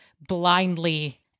blindly